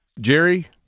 Jerry